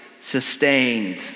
sustained